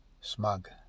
smug